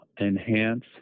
enhance